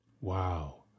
Wow